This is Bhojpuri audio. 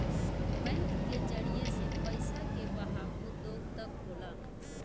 बैंक के जरिए से पइसा के बहाव उद्योग तक होला